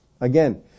Again